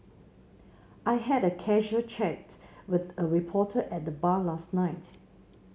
I had a casual chat with a reporter at the bar last night